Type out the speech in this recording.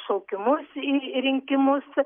šaukimus į ri rinkimus